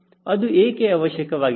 ಅದು ಏಕೆ ಅವಶ್ಯಕವಾಗಿದೆ